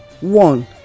one